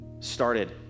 started